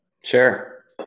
Sure